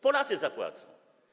Polacy zapłacą.